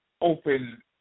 open